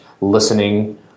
listening